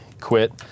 quit